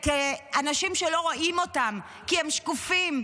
אנשים שלא רואים אותם כי הם שקופים,